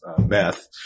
meth